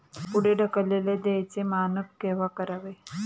पुढे ढकललेल्या देयचे मानक केव्हा करावे?